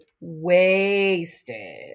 wasted